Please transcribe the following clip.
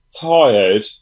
Tired